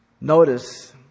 Notice